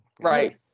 right